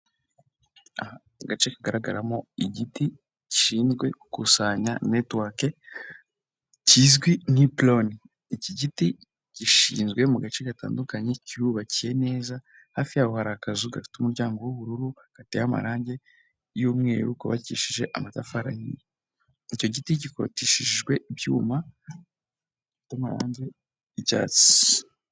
Agace kagaragaramo igiti gishinzwe gukusanya net wake kizwi nk'iplon, iki giti gishinzwe mu gace gatandukanye cyubakiye neza hafi yabo hari akazu gafite umuryango w'ubururu gateyamarangi y'umweru kubakishije amatafari ahiye icyo giti gikorotishijwe ibyuma by'amarange y'icyatsi.